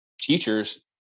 teachers